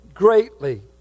greatly